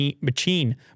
machine